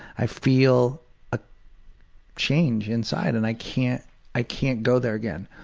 i feel a change inside and i can't i can't go there again.